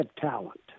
talent